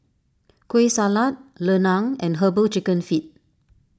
Kueh Salat Lemang and Herbal Chicken Feet